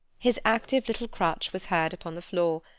his active little crutch was heard upon the floor,